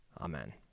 Amen